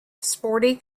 sporty